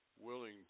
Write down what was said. willing